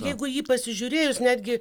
jeigu jį pasižiūrėjus netgi